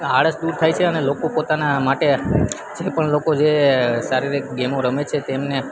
આળસ દૂર થાય છે અને લોકો પોતાના માટે જે પણ લોકો જે શારીરિક ગેમો રમે છે તેમને